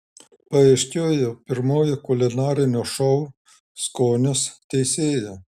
paaiškėjo pirmoji kulinarinio šou skonis teisėja